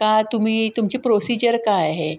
का तुम्ही तुमची प्रोसिजर काय आहे